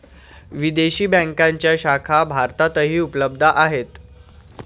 विदेशी बँकांच्या शाखा भारतातही उपलब्ध आहेत